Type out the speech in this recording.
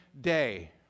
day